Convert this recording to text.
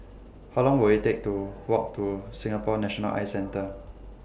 How Long Will IT Take to Walk to Singapore National Eye Centre